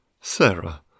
Sarah